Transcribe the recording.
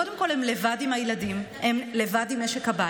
קודם כול הן לבד עם הילדים, הן לבד עם משק הבית,